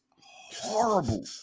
horrible